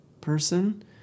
person